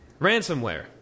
ransomware